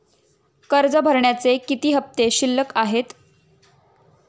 कर्ज भरण्याचे किती हफ्ते शिल्लक आहेत?